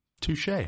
Touche